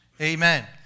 Amen